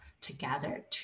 together